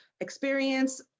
experience